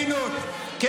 חברים בלשכת עורכי הדין,